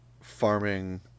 farming